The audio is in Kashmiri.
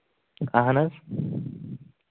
اَہن حظ